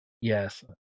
Yes